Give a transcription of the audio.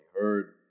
heard